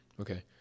Okay